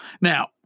Now